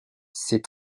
ses